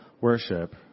worship